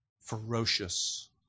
ferocious